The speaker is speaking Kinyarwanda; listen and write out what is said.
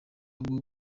bwo